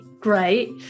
great